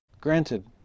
Granted